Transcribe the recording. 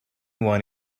one